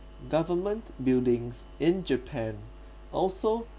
government buildings in japan also